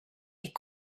est